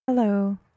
Hello